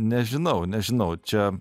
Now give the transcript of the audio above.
nežinau nežinau čia